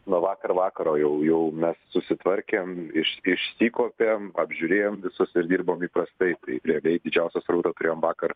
nuo vakar vakaro jau jau mes susitvarkėm iš išsikuopėm apžiūrėjom visus ir dirbom yprastai taip prie vei didžiausią srautą turėjom vakar